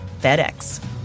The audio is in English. FedEx